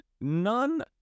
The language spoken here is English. none